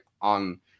on